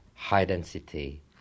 high-density